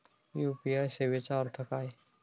UPI सेवेचा अर्थ काय?